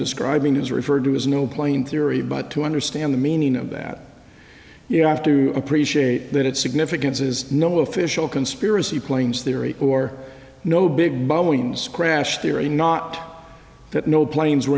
describing is referred to as no plane theory but to understand the meaning of that you have to appreciate that its significance is no official conspiracy claims theory or no big boeing crash theory not that no planes were